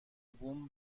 بومم